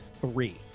three